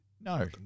No